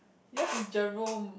yours is Jerome